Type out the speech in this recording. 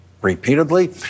repeatedly